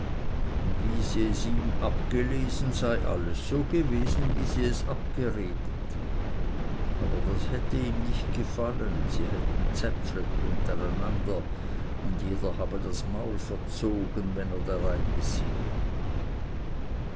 und wie sie es ihm abgelesen sei alles so gewesen wie sie es abgeredet aber das hätte ihm nicht gefallen sie hätten zäpflet untereinander und jeder habe das maul verzogen wenn er dareingesehen